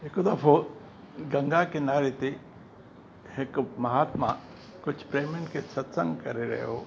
हिकु दफ़ो गंगा किनारे ते हिकु महात्मा कुझु प्रेमीनि के सत्संग करे रहियो हुओ